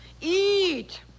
Eat